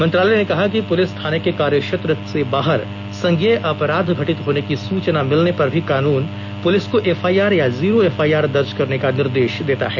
मंत्रालय ने कहा कि पुलिस थाने के कार्यक्षेत्र से बाहर संज्ञेय अपराध घटित होने की सूचना मिलने पर भी कानून पुलिस को एफआईआर या जीरो एफआईआर दर्ज करने का निर्देश देता है